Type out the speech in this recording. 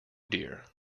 dear